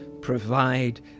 provide